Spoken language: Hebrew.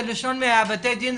כדי לשלול מבתי הדין,